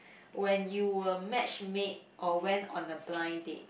when you were match made or went on a blind date